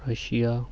Russia